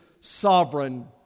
sovereign